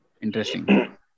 Interesting